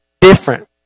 different